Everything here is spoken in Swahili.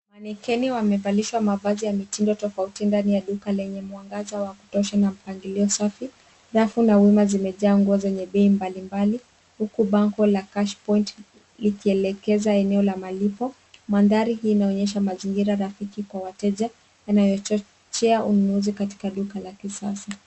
Manekeni wamevalishwa mavazi ya mitindo tofauti ndani ya duka lenye mwangaza wa kutosha na mpangilio safi. Rafu na umma zimejaa nguo zenye bei mbalimbali huku bango la cashpoint likielekeza eneo la malipo. Mandhari hii inaonyesha mazingira rafiki kwa wateja yanayochochea ununuzi katika duka la kisasa.